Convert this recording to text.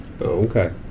Okay